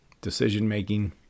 decision-making